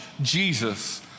Jesus